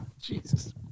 Jesus